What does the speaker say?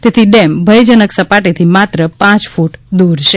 તેથી ડેમ ભયજનક સપાટીથી માત્ર પાંચ ફુટ દુર છે